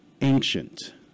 ancient